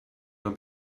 her